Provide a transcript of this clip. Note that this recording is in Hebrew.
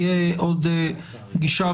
תהיה עוד פגישה.